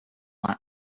want